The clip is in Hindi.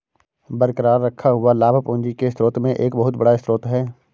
बरकरार रखा हुआ लाभ पूंजी के स्रोत में एक बहुत बड़ा स्रोत है